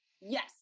Yes